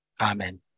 Amen